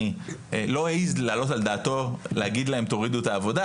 לא העז להעלות על דעתו להגיד להם תורידו את העבודה,